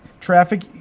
Traffic